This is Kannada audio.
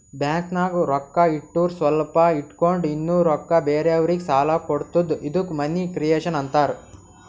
ಬ್ಯಾಂಕ್ನಾಗ್ ರೊಕ್ಕಾ ಇಟ್ಟುರ್ ಸ್ವಲ್ಪ ಇಟ್ಗೊಂಡ್ ಇನ್ನಾ ರೊಕ್ಕಾ ಬೇರೆಯವ್ರಿಗಿ ಸಾಲ ಕೊಡ್ತುದ ಇದ್ದುಕ್ ಮನಿ ಕ್ರಿಯೇಷನ್ ಆಂತಾರ್